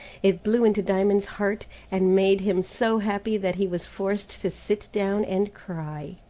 it blew into diamond's heart, and made him so happy that he was forced to sit down and cry.